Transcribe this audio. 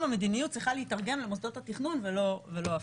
המדיניות צריכה להיתרגם למוסדות התכנון ולא הפוך.